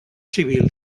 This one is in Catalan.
civil